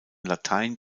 latein